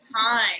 time